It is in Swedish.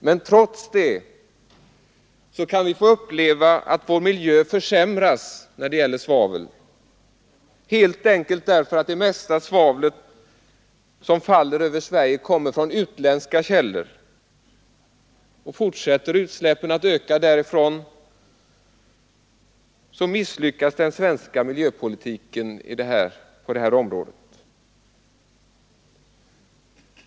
Men trots det kan vi få uppleva att vår miljö försämras genom svavelutsläpp, helt enkelt därför att det mesta svavlet som faller över Sverige kommer från utländska källor. Fortsätter utsläppen därifrån att öka misslyckas den svenska miljöpolitiken på detta område.